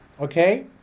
Okay